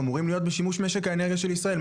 אמורים להיות בשימוש משק האנרגיה של ישראל,